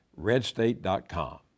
RedState.com